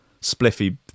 Spliffy